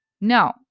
No